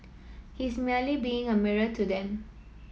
he's merely being a mirror to them